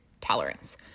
tolerance